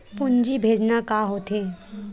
पूंजी भेजना का होथे?